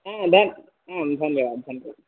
धन्यः धन्यवादः धन्यवादः